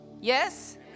Yes